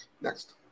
Next